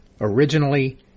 Originally